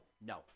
no